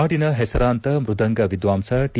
ನಾಡಿನ ಹೆಸರಾಂತ ಮೃದಂಗ ವಿದ್ವಾಂಸ ಟಿ